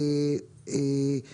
על